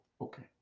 Okay